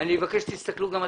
אני מבקש שתסתכלו גם אתם.